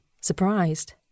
surprised